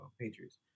Patriots